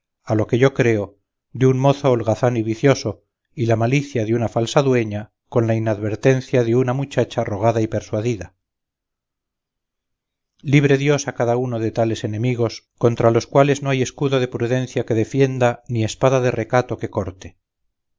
a lo que yo creo de un mozo holgazán y vicioso y la malicia de una falsa dueña con la inadvertencia de una muchacha rogada y persuadida libre dios a cada uno de tales enemigos contra los cuales no hay escudo de prudencia que defienda ni espada de recato que corte